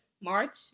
March